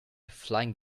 flying